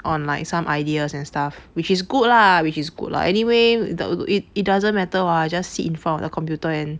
on like some ideas and stuff which is good lah which is good lah anyway it it doesn't matter [what] I just sit in front of the computer and